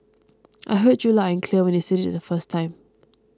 I heard you loud and clear when you said it the first time